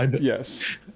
Yes